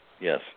Yes